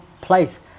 place